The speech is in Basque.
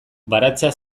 baratzea